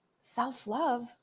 self-love